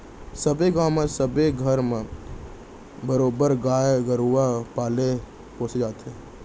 सबे गाँव म सबे घर म बरोबर गाय गरुवा पाले पोसे जाथे